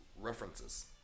references